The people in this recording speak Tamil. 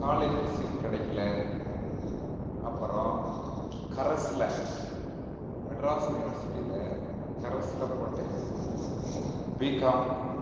காலேஜுல் சீட் கிடைக்கல அப்புறம் கரஸ்ஸுல் மெட்ராஸ் யூனிவர்சிட்டியில் கரஸ்ஸுயில் போட்டு பிகாம்